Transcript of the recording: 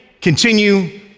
continue